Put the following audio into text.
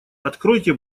откройте